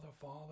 father